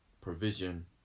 provision